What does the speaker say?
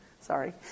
Sorry